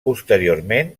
posteriorment